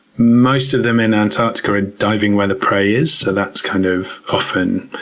most of them and antarctica are diving where the prey is, so that's kind of often